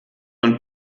und